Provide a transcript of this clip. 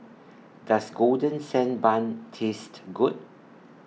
Does Golden Sand Bun Taste Good